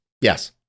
Yes